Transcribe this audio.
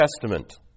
Testament